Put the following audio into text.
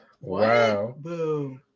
Wow